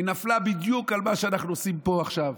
היא נפלה בדיוק על מה שאנחנו עושים פה עכשיו.